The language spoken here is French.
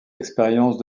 expérience